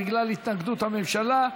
בגלל התנגדות הממשלה,